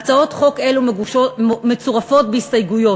להצעות חוק אלה מצורפות הסתייגויות.